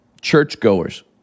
churchgoers